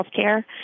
healthcare